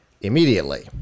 immediately